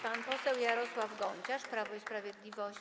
Pan poseł Jarosław Gonciarz, Prawo i Sprawiedliwość.